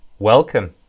Welcome